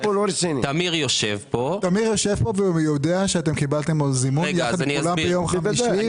-- טמיר יושב פה -- אני יושב פה ויודע שקיבלתם זימון ביום חמישי,